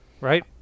Right